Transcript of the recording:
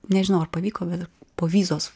nežinau ar pavyko bet povyzos